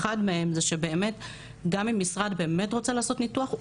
אחת מהן זה שגם אם משרד באמת רוצה לעשות ניתוח,